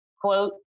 quote